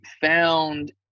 found